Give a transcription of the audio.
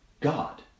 God